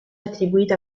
attribuita